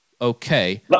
okay